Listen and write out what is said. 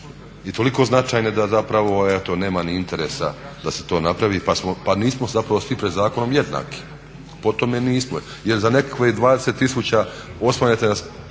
i toliko značajne da zapravo eto nema ni interesa da se to napravi pa nismo zapravo svi pred zakonom jednaki. Po tome nismo, jer za nekakvih 20 000 poreznog